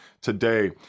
today